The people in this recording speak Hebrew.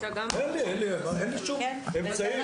אין לי שום אמצעי.